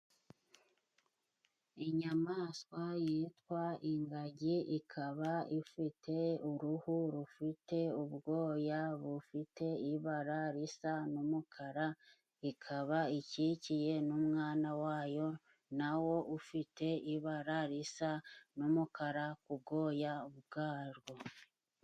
Inyamaswa yitwa ingagi ikaba ifite uruhu rufite ubwoya bufite ibara risa n'umukara ikaba ikikiye n'umwana wayo nawo ufite ibara risa n'umukara ku bwoya bwarwo.